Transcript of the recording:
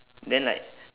then like